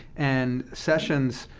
and sessions,